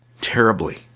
terribly